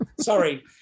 Sorry